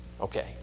Okay